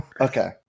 Okay